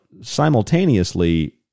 simultaneously